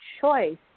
choice